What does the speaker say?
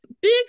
big